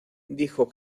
dijo